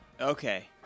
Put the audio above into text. Okay